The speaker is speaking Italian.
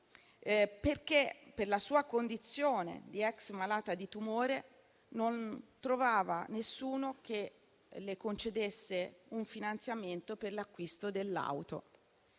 perché per la sua condizione di ex malata di tumore non ha trovato nessuno che le concedesse un finanziamento per l'acquisto dell'auto.